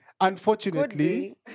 Unfortunately